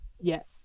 yes